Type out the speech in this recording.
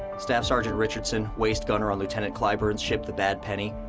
staff sergeant richardson, waist gunner on lieutenant cliburn's ship, the bad penny,